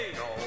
no